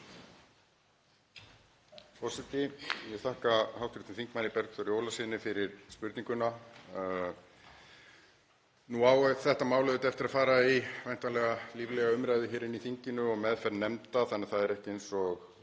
Forseti. Ég vil þakka hv. þm. Bergþóri Ólasyni fyrir spurninguna. Nú á þetta mál eftir að fara í væntanlega líflega umræðu hér inni í þinginu og meðferð nefnda þannig að það er ekki eins og